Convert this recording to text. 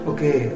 Okay